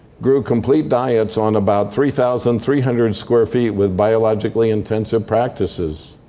grew complete diets on about three thousand three hundred square feet with biologically-intensive practices.